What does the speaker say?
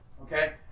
okay